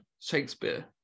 Shakespeare